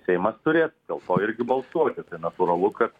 seimas turės dėl to irgi balsuoti tai natūralu kad